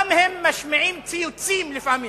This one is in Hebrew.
וגם הם משמיעים ציוצים לפעמים.